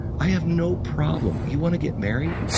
i have no problem. you want to get married?